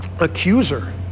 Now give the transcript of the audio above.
Accuser